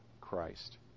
Christ